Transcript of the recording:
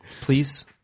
please